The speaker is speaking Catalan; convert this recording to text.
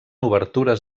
obertures